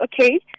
Okay